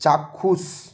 চাক্ষুষ